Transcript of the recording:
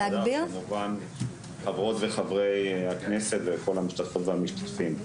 חברות וחברי הכנסת וכל המשתתפות והמשתתפים.